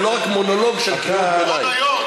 ולא רק מונולוג של קריאות ביניים.